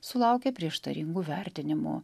sulaukė prieštaringų vertinimų